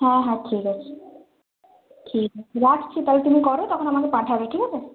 হ্যাঁ হ্যাঁ ঠিক আছে ঠিক আছে রাখছি তাহলে তুমি করো তখন আমাকে পাঠাবে ঠিক আছে